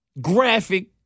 graphic